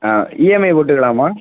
ஆ EMI போட்டுக்கலாமா